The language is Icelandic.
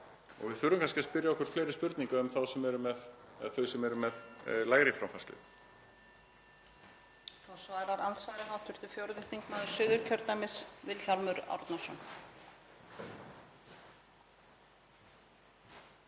Við þurfum kannski að spyrja okkur fleiri spurninga um þau sem eru með lægri framfærslu.